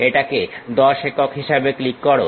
এটাকে 10 একক হিসাবে ক্লিক করো